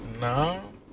No